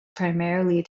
primarily